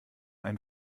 ein